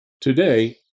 today